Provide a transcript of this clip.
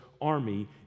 army